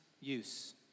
use